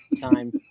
time